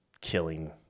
killing